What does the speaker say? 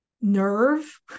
nerve